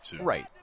right